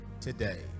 today